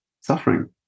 suffering